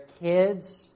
kids